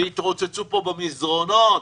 שיתרוצצו פה במסדרונות,